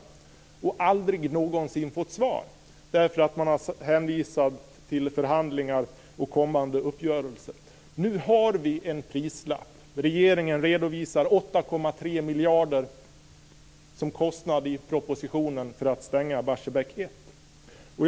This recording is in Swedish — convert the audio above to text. Vi har aldrig någonsin fått något svar, utan man har hänvisat till förhandlingar och kommande uppgörelser. Nu finns det en prislapp. Regeringen redovisar i propositionen 8,3 miljarder som kostnad för att stänga Barsebäck 1.